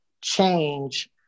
change